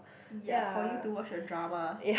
ya for you to watch your drama